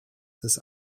this